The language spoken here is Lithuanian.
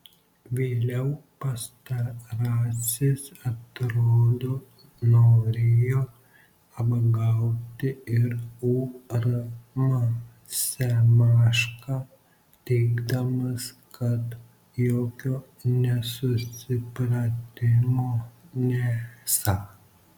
vėliau pastarasis atrodo norėjo apgauti ir urm semašką teigdamas kad jokio nesusipratimo nesą